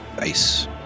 Nice